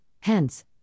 hence